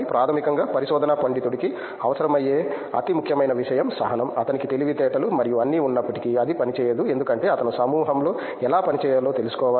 ప్రాథమికంగా పరిశోధనా పండితుడికి అవసరమయ్యే అతి ముఖ్యమైన విషయం సహనం అతనికి తెలివితేటలు మరియు అన్నీ ఉన్నప్పటికీ అది పని చేయదు ఎందుకంటే అతను సమూహంలో ఎలా పని చేయాలో తెలుసుకోవాలి